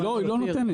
לא, היא לא נותנת.